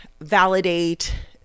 validate